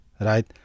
right